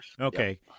Okay